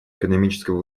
экономического